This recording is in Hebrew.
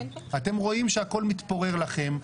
אתם רואים שהכול מתפורר לכם.